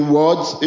words